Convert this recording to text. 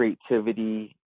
creativity